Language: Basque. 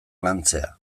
lantzea